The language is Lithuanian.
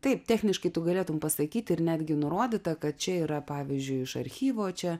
taip techniškai tu galėtum pasakyti ir netgi nurodyta kad čia yra pavyzdžiui iš archyvo čia